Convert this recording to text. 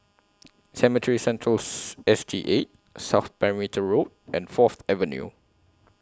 Cemetry Centrals S T eight South Perimeter Road and Fourth Avenue